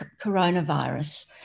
coronavirus